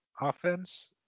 offense